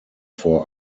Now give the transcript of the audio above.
four